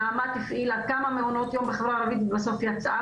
נעמת הפעילה כמה מעונות יום בחברה הערבית ובסוף יצאה